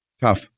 Tough